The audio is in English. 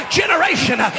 generation